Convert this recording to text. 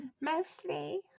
Mostly